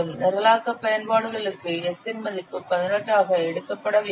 நிரலாக்க பயன்பாடுகளுக்கு S இன் மதிப்பு 18 ஆக எடுக்கப்பட வேண்டும்